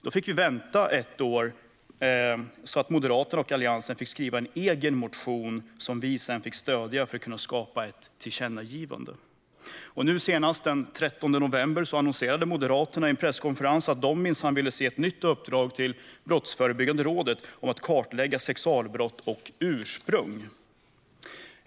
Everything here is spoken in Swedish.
Då fick vi vänta ett år så att Moderaterna och Alliansen fick skriva en egen motion, som vi sedan fick stödja för att det skulle kunna skapas ett tillkännagivande. Nu senast, den 13 november, annonserade Moderaterna på en presskonferens att de minsann vill se ett nytt uppdrag till Brottsförebyggande rådet om att kartlägga sexualbrott och ursprung.